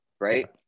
right